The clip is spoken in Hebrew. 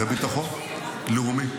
זה ביטחון לאומי.